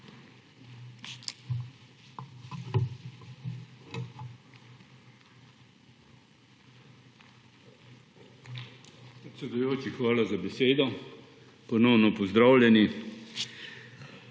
hvala za besedo. Ponovno pozdravljeni!